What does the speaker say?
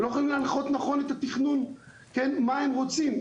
הם לא יכולים להנחות נכון את התכנון מה הם רוצים.